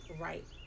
right